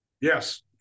Yes